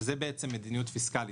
וזאת בעצם מדיניות פיסקאלית.